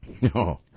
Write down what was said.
No